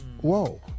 Whoa